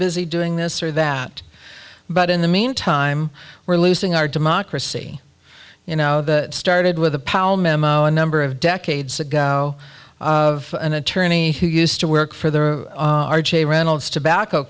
busy doing this or that but in the meantime we're losing our democracy you know started with the powell memo a number of decades ago of an attorney who used to work for the r j reynolds tobacco